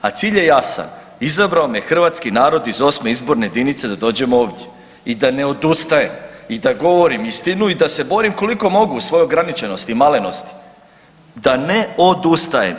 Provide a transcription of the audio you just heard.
A cilj je jasan, izabrao me hrvatski narod iz 8. izborne jedinice da dođem ovdje i da ne odustajem i da govorim istinu i da se borim koliko mogu u svojoj ograničenosti i malenosti, da ne odustajem.